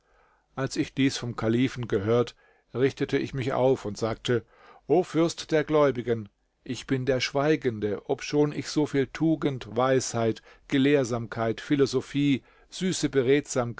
als ich dies vom kalifen gehört richtete ich mich auf und sagte o fürst der gläubigen ich bin der schweigende obschon ich so viel tugend weisheit gelehrsamkeit philosophie süße